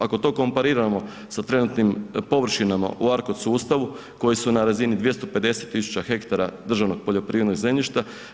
Ako to kompariramo sa trenutnim površinama u ARKOD sustavu koji su na razini 250 tisuća hektara državnog poljoprivrednog zemljišta.